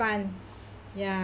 fun ya